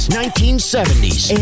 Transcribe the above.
1970s